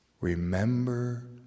Remember